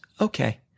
Okay